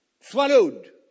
Swallowed